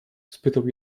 spytał